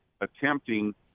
attempting